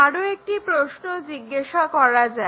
আরো একটি প্রশ্ন জিজ্ঞাসা করা যায়